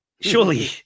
surely